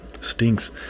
stinks